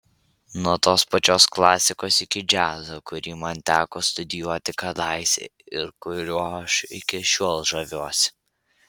nuo tos pačios klasikos iki džiazo kurį man teko studijuoti kadaise ir kuriuo aš iki šiol žaviuosi